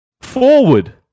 Forward